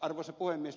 arvoisa puhemies